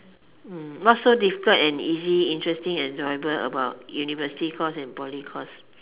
what's so different and easy interesting enjoyable about university course and poly course